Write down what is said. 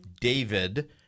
David